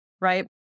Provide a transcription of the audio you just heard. Right